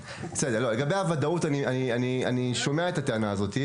לגבי הוודאות: אני שומע את הטענה הזו,